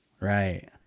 Right